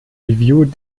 review